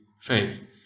faith